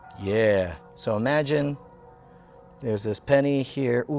yeah, so imagine there's this penny here, ooh,